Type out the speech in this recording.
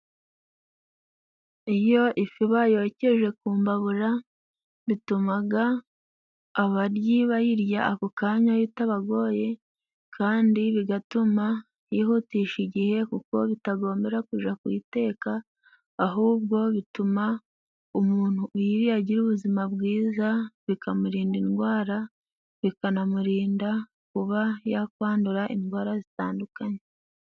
Iyo ifi bayokeje ku mbabura bitumaga abaryi bayirya ako kanya bitabagoye, kandi bigatuma yihutisha igihe kuko bitagombera kuja kuyiteka, ahubwo bituma umuntuuyiriye agira ubuzima bwiza, bikamurinda indwara, bikanamurinda kuba yakwandura indwara zitandukanye.